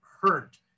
hurt